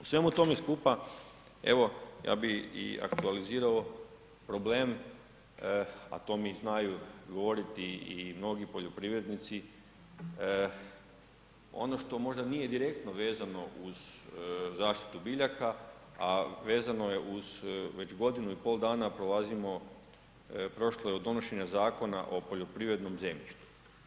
U svemu tome skupa evo ja bi i aktualizirao problem, a to mi znaju govoriti i mnogi poljoprivrednici ono što možda nije direktno vezano uz zaštitu biljaka, a vezano je uz već godinu i pol dana prolazimo, prošlo je od donošenja Zakona o poljoprivrednom zemljištu.